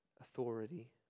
authority